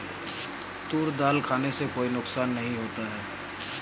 तूर दाल खाने से कोई नुकसान नहीं होता